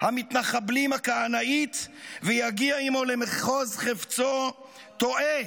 המתנחבלים הכהנאית ויגיע עימו למחוז חפצו טועה,